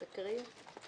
תקריא.